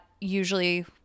usually